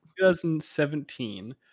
2017